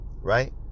Right